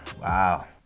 wow